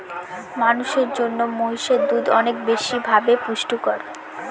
মানুষের জন্য মহিষের দুধ অনেক বেশি ভাবে পুষ্টিকর